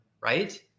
right